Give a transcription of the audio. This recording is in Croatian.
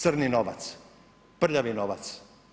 Crni novac, prljavi novac.